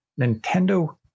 nintendo